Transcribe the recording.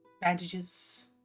Bandages